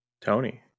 Tony